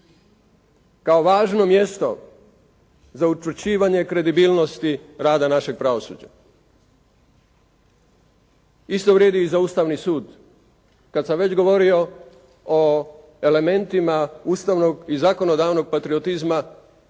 kao važno mjesto za učvršćivanje kredibilnosti rada našeg pravosuđa. Isto vrijedi i za Ustavni sud. Kad sam već govorio o elementima ustavnog i zakonodavnog patriotizma,